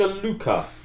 Luca